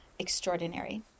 Extraordinary